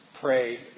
Pray